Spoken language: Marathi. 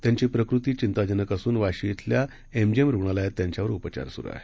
त्यांची प्रकृती चिंताजनक असून वाशी डिल्या एमजीएम रूग्णालयात त्यांच्यावर उपचार सुरू आहेत